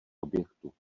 objektu